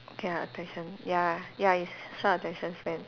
ya attention ya ya it's short attention span